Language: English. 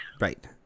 Right